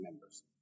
members